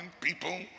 people